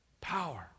power